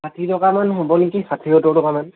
ষাঠি টকামান হ'ব নেকি ষাঠি সত্তৰ টকামান